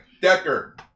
Decker